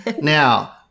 Now